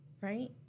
right